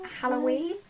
Halloween